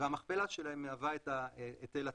המכפלה שלהם מהווה את ההיטל עצמו.